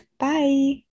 Bye